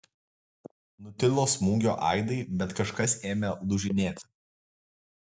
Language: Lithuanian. nutilo smūgio aidai bet kažkas ėmė lūžinėti